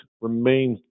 remains